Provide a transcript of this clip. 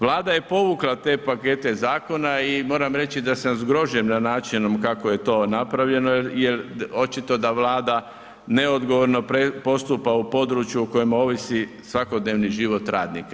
Vlada je povukla te pakete zakona i moram reći da sam zgrožen načinom kako je to napravljeno jer očito da Vlada neodgovorno postupa u području o kojem ovisi svakodnevni život radnika.